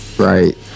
right